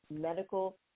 medical